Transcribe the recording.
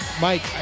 Mike